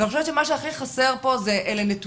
אני חושבת שמה שהכי חסר פה זה נתונים.